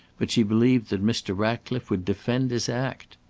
but she believed that mr. ratcliffe would defend his act.